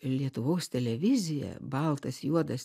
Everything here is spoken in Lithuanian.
lietuvos televizija baltas juodas